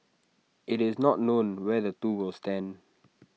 IT is not known where the two will stand